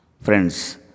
Friends